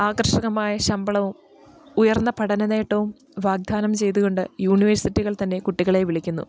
ആകർഷകമായ ശമ്പളവും ഉയർന്ന പഠന നേട്ടവും വാഗ്ദാനം ചെയ്തുകൊണ്ട് യൂണിവേഴ്സിറ്റികൾ തന്നെ കുട്ടികളെ വിളിക്കുന്നു